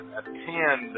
attend